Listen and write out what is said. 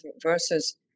versus